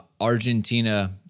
Argentina